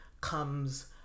comes